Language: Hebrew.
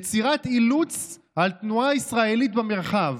יצירת אילוץ על תנועה ישראלית במרחב,